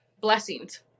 blessings